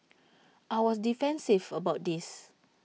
I was defensive about this